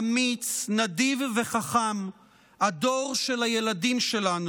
אמיץ, נדיב וחכם הדור של הילדים שלנו,